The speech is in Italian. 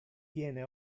viene